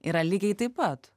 yra lygiai taip pat